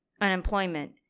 unemployment